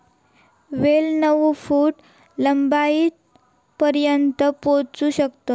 वेल नऊ फूट लांबीपर्यंत पोहोचू शकता